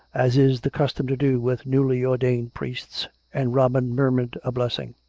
as is the custom to do with newly-ordained priests, and robin murmured a blessing.